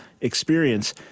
experience